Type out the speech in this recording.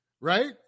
right